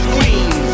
Queens